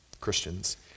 Christians